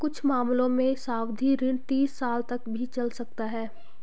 कुछ मामलों में सावधि ऋण तीस साल तक भी चल सकता है